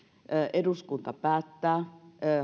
eduskunta päättää